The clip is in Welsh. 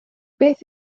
beth